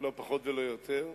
לא פחות ולא יותר.